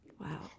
Wow